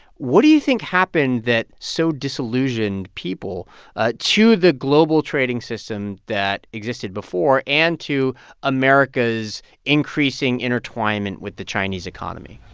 what do you think happened that so disillusioned people ah to the global trading systems that existed before and to america's increasing intertwinement with the chinese economy?